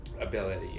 ability